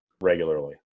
regularly